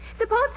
Suppose